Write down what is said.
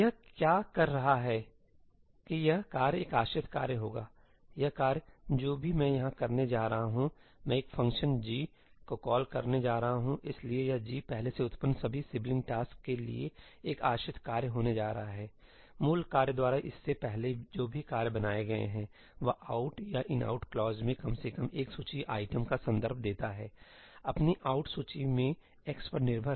यह क्या कह रहा है कि यह कार्य एक आश्रित कार्य होगा यह कार्य जो भी मैं यहाँ करने जा रहा हूँ मैं एक फंक्शन g को कॉल करने जा रहा हूं इसलिए यह g पहले से उत्पन्न सभी सिबलिंग टास्क के लिए एक आश्रित कार्य होने जा रहा हैमूल कार्य द्वारा इससे पहले जो भी कार्य बनाए गए हैं वह 'out' या ' inout' क्लॉज में कम से कम एक सूची आइटम का संदर्भ देता है अपनी 'out सूची में x पर निर्भर हैं